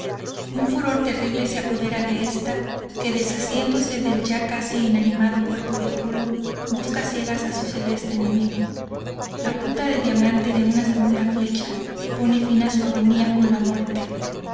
un furor terrible se apodera de esta que desasiéndose del ya casi inanimado cuerpo de pulo busca a ciegas a su celeste enemigo la punta de diamante de una segunda flecha pone fin a su agonía con la muerte